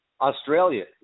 Australia